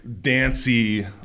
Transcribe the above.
Dancy